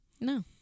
No